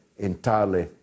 entirely